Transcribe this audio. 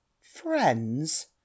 Friends